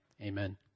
Amen